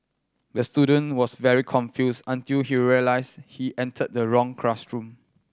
the student was very confused until he realised he entered the wrong classroom